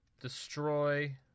destroy